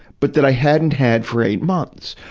but that i hadn't had for eight months,